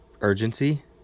urgency